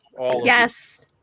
yes